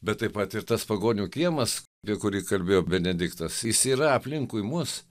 bet taip pat ir tas pagonių kiemas apie kurį kalbėjo benediktas jis yra aplinkui mus